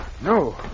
No